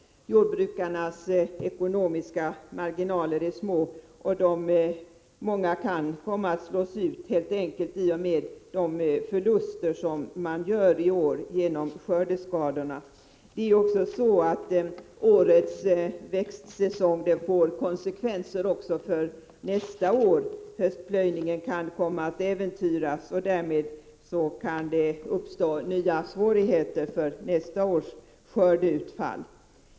Jordbrukarnas ekonomiska marginaler är små, och många kan helt enkelt komma att slås ut på grund av de förluster som de i år åsamkas genom skördeskadorna. Årets växtsäsong får dessutom konsekvenser också för nästa år. Höstplöjningen kan komma att äventyras, och därigenom kan nya svårigheter uppstå för lantbrukarna i samband med nästa års skördeutfall.